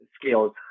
skills